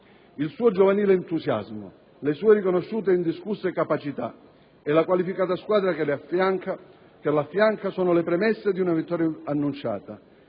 Il suo giovanile entusiasmo, le sue riconosciute e indiscusse capacità e la qualificata squadra che la affianca sono le premesse di una vittoria annunciata